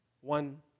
one